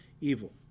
evil